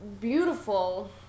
beautiful